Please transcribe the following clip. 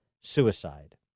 suicide